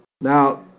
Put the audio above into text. Now